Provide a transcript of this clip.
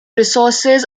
resources